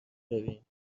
داریم